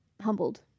Humbled